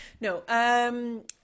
No